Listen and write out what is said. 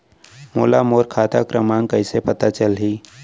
मोला मोर खाता क्रमाँक कइसे पता चलही?